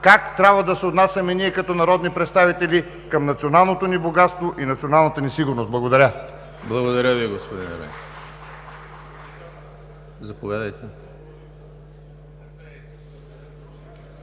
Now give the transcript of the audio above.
как трябва да се отнасяме ние като народни представители към националното ни богатство и националната ни сигурност. Благодаря. (Ръкопляскания от